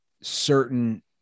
certain